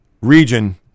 region